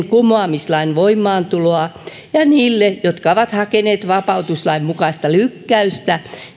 kumoamislain voimaantuloa ja niille jotka ovat hakeneet vapautuslain mukaista lykkäystä